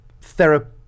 therapy